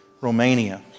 Romania